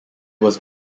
was